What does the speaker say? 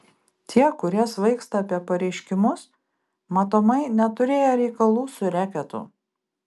tie kurie svaigsta apie pareiškimus matomai neturėję reikalų su reketu